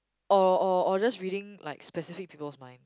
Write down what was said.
or or or just reading like specific people's mind